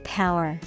power